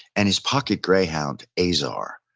and his pocket greyhound, azar,